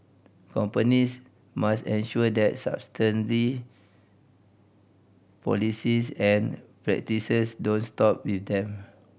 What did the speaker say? companies must ensure that sustainable policies and practices don't stop with them